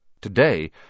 Today